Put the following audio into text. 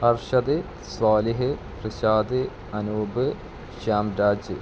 Harshad Swalih Rishad Anoop Shyamraj